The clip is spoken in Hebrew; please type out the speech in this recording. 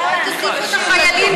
אולי תוסיפו גם את החיילים?